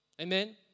Amen